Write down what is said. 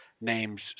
names